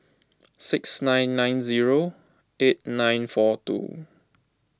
six nine nine zero eight nine four two